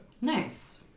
Nice